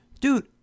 Dude